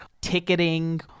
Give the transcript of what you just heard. ticketing